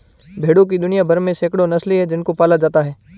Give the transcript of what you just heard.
भेड़ों की दुनिया भर में सैकड़ों नस्लें हैं जिनको पाला जाता है